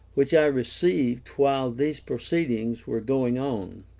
which i received while these proceedings were going on.